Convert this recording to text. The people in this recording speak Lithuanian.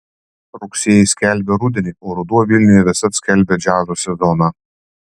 rugsėjis skelbia rudenį o ruduo vilniuje visad skelbia džiazo sezoną